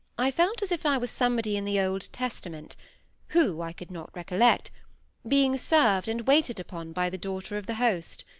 i felt as if i were somebody in the old testament who, i could not recollect being served and waited upon by the daughter of the host.